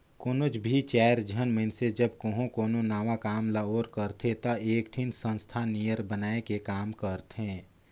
कोनोच भी चाएर झन मइनसे जब कहों कोनो नावा काम ल ओर करथे ता एकठिन संस्था नियर बनाए के काम करथें